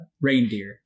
reindeer